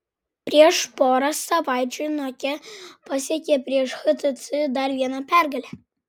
prieš porą savaičių nokia pasiekė prieš htc dar vieną pergalę